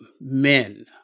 men